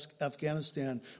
Afghanistan